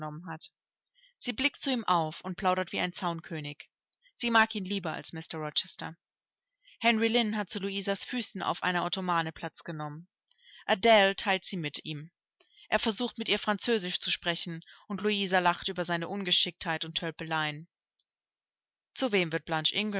sie blickt zu ihm auf und plaudert wie ein zaunkönig sie mag ihn lieber als mr rochester henry lynn hat zu louisas füßen auf einer ottomane platz genommen adele teilt sie mit ihm er versucht mit ihr französisch zu sprechen und louisa lacht über seine ungeschicktheit und tölpeleien zu wem wird